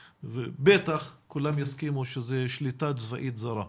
בטח כולם יסכימו שזה שליטה צבאית זרה.